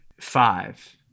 five